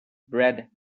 bread